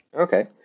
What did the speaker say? okay